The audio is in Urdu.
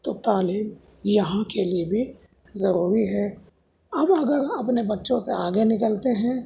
تو تعلیم یہاں کے لیے بھی ضروری ہے اب اگر اپنے بچوں سے آگے نکلتے ہیں